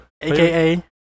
AKA